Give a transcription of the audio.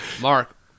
Mark